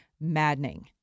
maddening